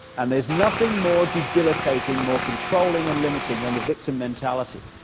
and there's nothing more debilitating, more controlling and limiting than the victim mentality.